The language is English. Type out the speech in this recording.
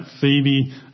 Phoebe